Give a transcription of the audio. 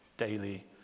daily